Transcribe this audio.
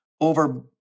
over